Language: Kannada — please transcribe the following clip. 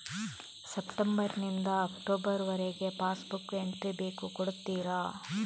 ಸೆಪ್ಟೆಂಬರ್ ನಿಂದ ಅಕ್ಟೋಬರ್ ವರಗೆ ಪಾಸ್ ಬುಕ್ ಎಂಟ್ರಿ ಬೇಕು ಕೊಡುತ್ತೀರಾ?